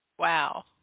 Wow